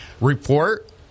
report